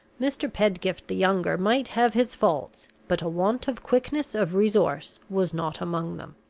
mr. pedgift the younger might have his faults, but a want of quickness of resource was not among them.